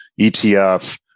ETF